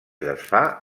desfà